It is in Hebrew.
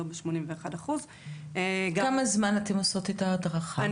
לא בשמונים ואחת אחוז --- כמה זמן אתן עושות את ההדרכה?